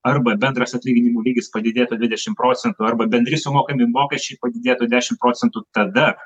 arba bendras atlyginimų lygis padidėtų dvidešimt procentų arba bendri sumokami mokesčiai padidėtų dešimt procentų tada